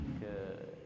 Good